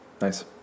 Nice